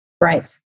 Right